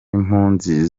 impunzi